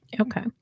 Okay